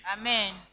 Amen